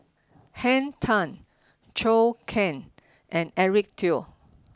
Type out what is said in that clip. Henn Tan Zhou Can and Eric Teo